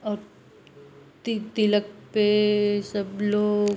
और तिलक पर सब लोग